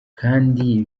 kandi